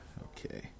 Okay